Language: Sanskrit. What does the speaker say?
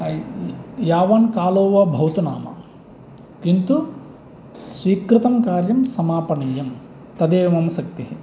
यावन् कालो वा भवतु नाम किन्तु स्वीकृतं कार्यं समापनीयं तदेव मम शक्तिः